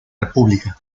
república